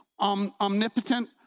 omnipotent